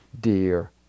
dear